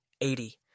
Eighty